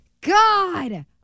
God